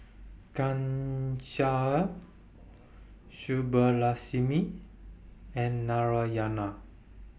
Ghanshyam Subbulakshmi and Narayana